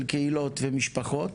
של קהילות ומשפחות.